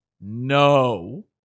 No